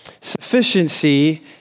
Sufficiency